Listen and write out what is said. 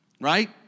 right